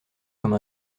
comme